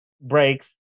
breaks